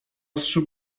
ostrzu